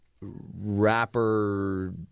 rapper